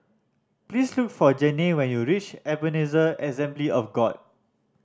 please look for Janay when you reach Ebenezer Assembly of God